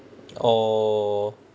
oh